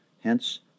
Hence